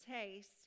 taste